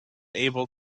able